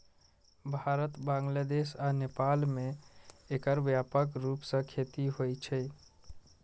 भारत, बांग्लादेश आ नेपाल मे एकर व्यापक रूप सं खेती होइ छै